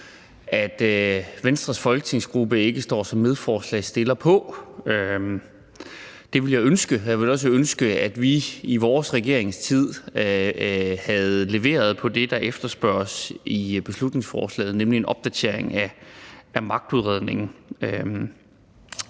at Venstres folketingsgruppe ikke står som medforslagsstiller på. Det ville jeg ønske. Jeg ville også ønske, at vi i vores regeringstid havde leveret på det, der efterspørges i beslutningsforslaget, nemlig en opdatering af magtudredningen.